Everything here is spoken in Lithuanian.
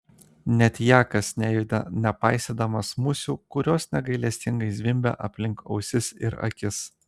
net jakas nejuda nepaisydamas musių kurios negailestingai zvimbia aplink ausis ir akis